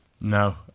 no